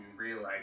realize